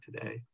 today